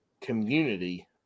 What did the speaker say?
community